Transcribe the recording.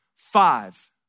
Five